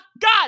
God